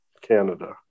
Canada